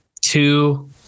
two